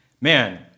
man